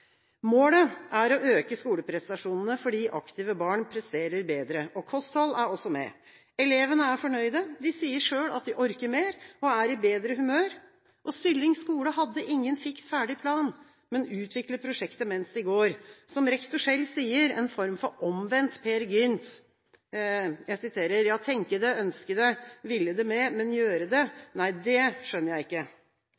Målet er å øke skoleprestasjonene, fordi aktive barn presterer bedre, og kosthold er også med. Elevene er fornøyde. De sier selv at de orker mer og er i bedre humør. Sylling skole hadde ingen fiks ferdig plan, men utvikler prosjektet mens de går. Som rektor selv sier, en form for omvendt Peer Gynt: «Ja, tænke det; ønske det; ville det med, – men gøre det!